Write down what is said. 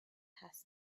has